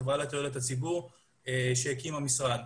החברה לתועלת הציבור שהקים המשרד.